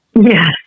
Yes